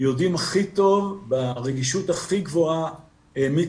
יודעים הכי טוב ברגישות הכי גבוהה מי